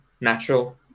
natural